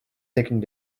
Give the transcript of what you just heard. thinking